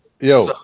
Yo